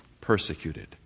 persecuted